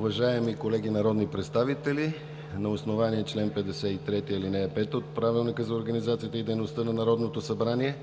Уважаеми колеги народни представители, на основание чл. 53, ал. 5 от Правилника за организацията и дейността на Народното събрание